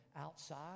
outside